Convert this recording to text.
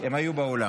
הן היו באולם.